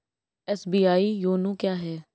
SBI YONO क्या है?